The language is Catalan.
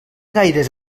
gaires